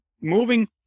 moving